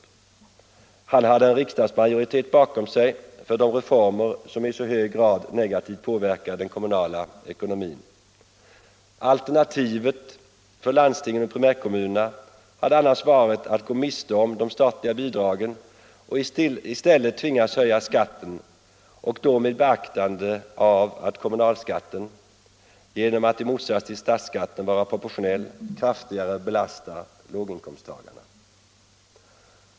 Han hade en riksdagsmajoritet bakom sig för de reformer som i så hög grad negativt påverkar den kommunala ekonomin. Alternativet för landstingen och primärkommunerna hade varit att gå miste om de statliga bidragen och i stället tvingas höja skatten, och man har då att ta i beaktande att kommunalskatten på grund av att den i motsats till statsskatten är proportionell kraftigare belastar låginkomsttagarna.